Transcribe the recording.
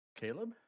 Caleb